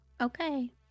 Okay